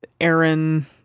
Aaron